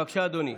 בבקשה, אדוני.